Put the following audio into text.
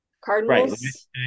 Cardinals